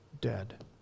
dead